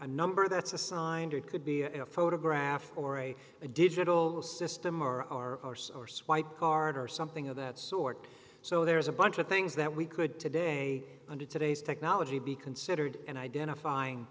a number that's assigned or it could be a photograph or a a digital system are or swipe card or something of that sort so there is a bunch of things that we could today under today's technology be considered an identifying